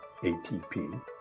ATP